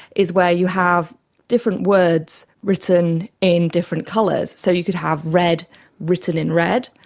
is where you have different words written in different colours. so you could have red written in red,